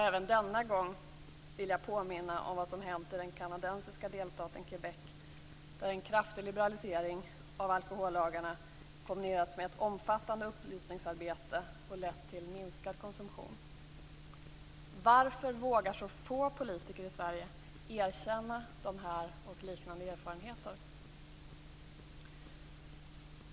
Även denna gång vill jag påminna om vad som hänt i den kanadensiska delstaten Quebec, där en kraftig liberalisering av alkohollagarna kombinerats med ett omfattande upplysningsarbete och lett till minskad konsumtion. Varför vågar så få politiker i Sverige erkänna dessa och liknande erfarenheter?